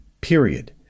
period